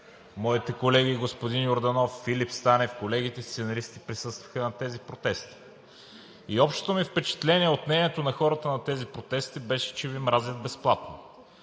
Моите колеги – господин Йорданов, Филип Станев, колегите сценаристи, присъстваха на тези протести. Общото ми впечатление от мнението на хората на тези протести беше, че Ви мразят безплатно.